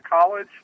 college